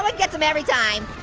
one gets them every time.